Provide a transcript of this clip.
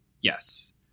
yes